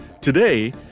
Today